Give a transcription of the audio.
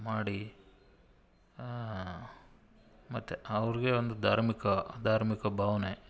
ಮಾಡಿ ಮತ್ತು ಅವ್ರಿಗೆ ಒಂದು ಧಾರ್ಮಿಕ ಧಾರ್ಮಿಕ ಭಾವನೆ